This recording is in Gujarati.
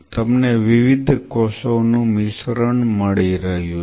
તમને વિવિધ કોષોનું મિશ્રણ મળી રહ્યું છે